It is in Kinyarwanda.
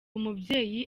umubyeyi